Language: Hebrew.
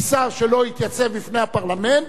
כי שר שלא התייצב בפני הפרלמנט,